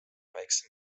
väiksem